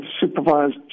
supervised